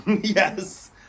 yes